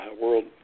world